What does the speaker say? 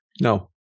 No